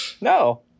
No